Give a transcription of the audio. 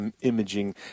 imaging